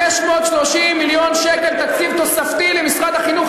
630 מיליון שקל תקציב תוספתי למשרד החינוך.